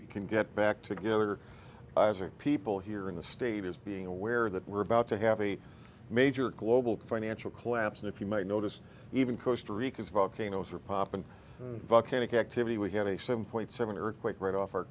things can get back together as are people here in the state is being aware that we're about to have a major global financial collapse and if you might notice even costa rica's volcanoes are popping volcanic activity we have a seven point seven earthquake right off our